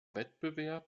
wettbewerb